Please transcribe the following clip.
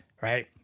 right